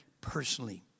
personally